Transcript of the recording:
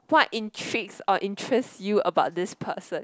what intrigue or interest you about this person